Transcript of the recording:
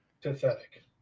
Pathetic